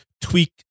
tweak